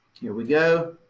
we go.